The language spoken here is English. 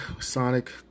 sonic